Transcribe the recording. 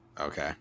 Okay